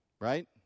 right